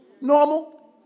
normal